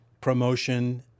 promotion